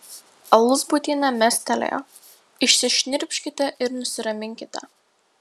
alzbutienė mestelėjo išsišnirpškite ir nusiraminkite